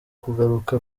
kugaruka